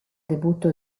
debutto